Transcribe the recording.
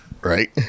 Right